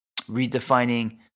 redefining